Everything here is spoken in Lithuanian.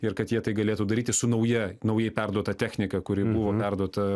ir kad jie tai galėtų daryti su nauja naujai perduota technika kuri buvo perduota